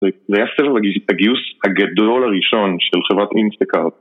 זה היה סבב הגיוס הגדול הראשון של חברת אינסטגרם